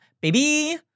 Baby